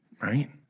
Right